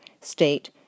state